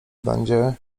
będzie